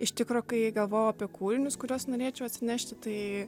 iš tikro kai galvojau apie kūrinius kuriuos norėčiau atsinešti tai